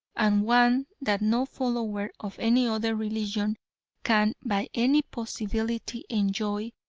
and one that no follower of any other religion can by any possibility enjoy,